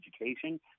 education